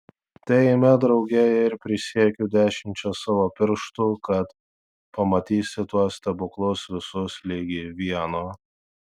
tai eime drauge ir prisiekiu dešimčia savo pirštų kad pamatysi tuos stebuklus visus ligi vieno